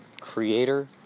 creator